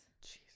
Jesus